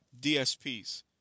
DSPs